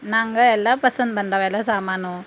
ನಂಗೆ ಎಲ್ಲ ಪಸಂದ್ ಬಂದಿವೆ ಎಲ್ಲ ಸಾಮಾನು